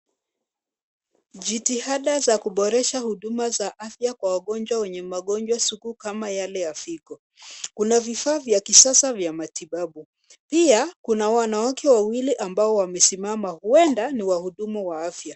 Jitihada za kuboresha huduma za afya kwa wagonjwa wenye magonjwa sugu kama yale ya figo. Kuna vifaa vya kisasa vya matibabu. Pia, kuna wanawake wawili ambao wamesimama, huenda ni wahudumu wa afya.